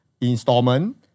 installment